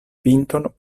pinton